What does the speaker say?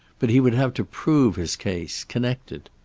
but he would have to prove his case, connect it.